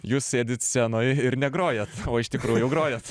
jūs sėdit scenoj ir negrojat o iš tikrųjų grojat